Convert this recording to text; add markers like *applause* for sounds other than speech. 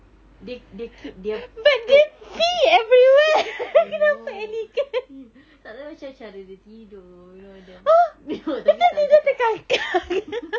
they they keep their eh *laughs* I know tak lah macam cara dia tidur you know then *noise* oh tapi tak juga *laughs*